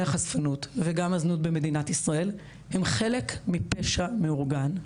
החשפנות וגם הזנות במדינת ישראל הם חלק מפשע מאורגן,